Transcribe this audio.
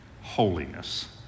Holiness